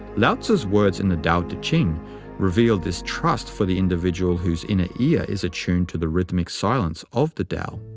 lao-tzu's words in the tao te ching reveal this trust for the individual whose inner ear is attuned to the rhythmic silence of the tao.